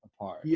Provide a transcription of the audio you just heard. apart